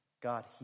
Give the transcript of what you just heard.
God